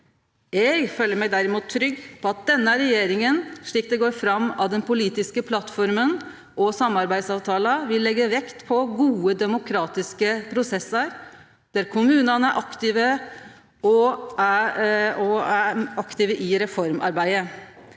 Eg føler meg derimot trygg på at denne regjeringa, slik det går fram av den politiske plattforma og samarbeidsavtala, vil leggje vekt på gode, demokratiske prosessar, der kommunane er aktive i reformarbeidet.